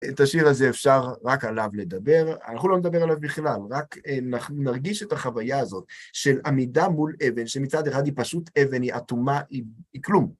את השיר הזה אפשר רק עליו לדבר, אנחנו לא נדבר עליו בכלל, רק נרגיש את החוויה הזאת של עמידה מול אבן, שמצד אחד היא פשוט אבן, היא אטומה, היא כלום.